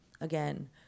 again